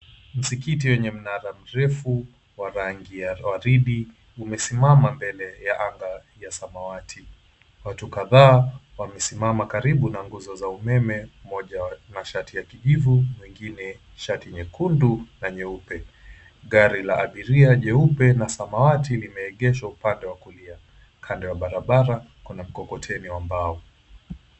Msikiti wenye mnara mrefu wa rangi ya waridi umesimama mbele ya anga ya samawati. Watu kadhaa wamesimama karibu na nguzo za umeme mmoja wa shati ya kijivu na mwingine shati nyekundu na nyeupe. Gari la abiria jeupe na samawati limeegeshwa upande wa kulia . Kando ya barabara kuna mkokoteni wa mbao.